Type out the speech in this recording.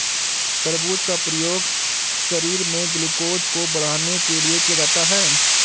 तरबूज का प्रयोग शरीर में ग्लूकोज़ को बढ़ाने के लिए किया जाता है